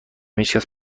هیچکس